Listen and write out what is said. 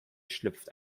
schlüpft